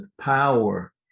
power